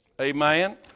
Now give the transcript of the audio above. Amen